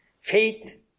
Faith